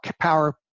power